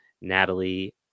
Natalie